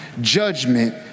judgment